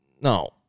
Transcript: No